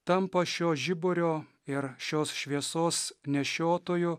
tampa šio žiburio ir šios šviesos nešiotoju